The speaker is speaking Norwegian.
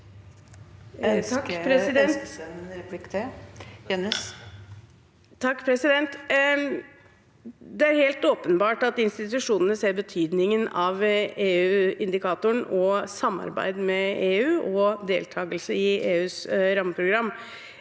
Det er helt åpen- bart at institusjonene ser betydningen av EU-indikatoren og samarbeid med EU og deltakelse i EUs rammeprogram.